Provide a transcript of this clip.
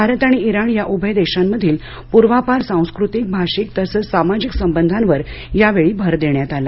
भारत आणि इराण या उभय देशांमधील पूर्वापार सांस्कृतिक भाषिक तसंच सामाजिक संबधावर यावेळी भर देण्यात आला